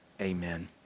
Amen